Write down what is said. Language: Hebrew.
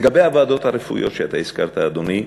לגבי הוועדות הרפואיות שאתה הזכרת, אדוני,